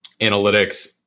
analytics